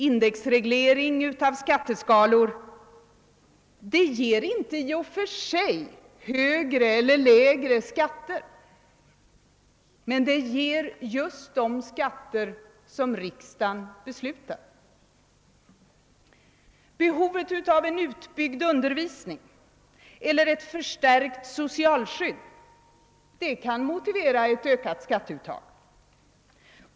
Indexreglering av skatteskalor ger inte i och för sig högre eller lägre skatter. Det ger just de skatter som riksdagen beslutar. Behovet av en utbyggd undervisning eller ett förstärkt socialskydd kan motivera ökat skatteuttag.